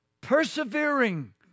persevering